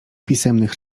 pisemnych